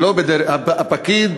הפקיד,